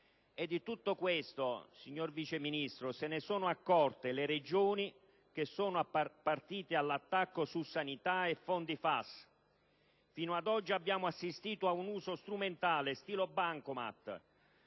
Di tutto questo, signor Vice Ministro, si sono accorte le Regioni, che sono partite all'attacco su sanità e fondi FAS: fino ad oggi abbiamo assistito ad un uso strumentale - stile bancomat